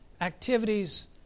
activities